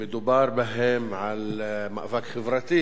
שמדובר בהם על מאבק חברתי